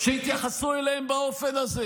שיתייחסו אליהם באופן הזה.